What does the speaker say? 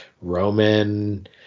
Roman